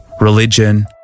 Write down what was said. religion